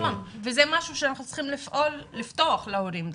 נכון וזה משהו שאנחנו צריכים לפתוח די שייפתח להורים.